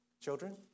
children